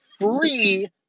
free